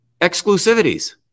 exclusivities